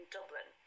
Dublin